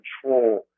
control